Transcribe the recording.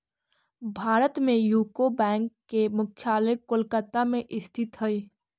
भारत में यूको बैंक के मुख्यालय कोलकाता में स्थित हइ